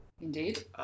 Indeed